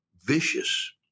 vicious